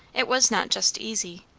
it was not just easy,